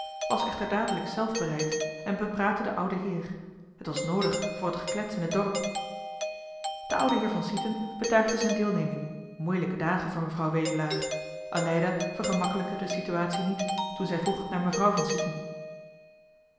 was echter dadelijk zelf bereid en bepraatte den ouden heer het was noodig voor het geklets in het dorp de oude heer van sieten betuigde zijn deelneming moeilijke dagen voor mevrouw wedelaar aleida vergemakkelijkte de situatie niet toen zij vroeg naar mevrouw van sieten